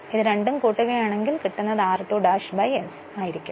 ഇതു രണ്ടും കൂട്ടുകയാണെങ്കിൽ കിട്ടുന്നത് r2 ' s ആയിരിക്കും